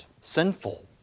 sinful